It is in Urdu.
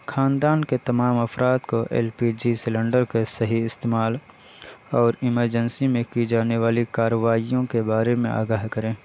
خاندان کے تمام افراد کو ایل پی جی سیلنڈر کے صحیح استعمال اور ایمرجنسی میں کی جانے والی کارروائیوں کے بارے میں آگاہ کریں